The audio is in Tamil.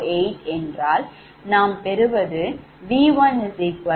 08 என்றால்நாம் பெறுவது V11